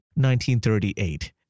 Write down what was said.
1938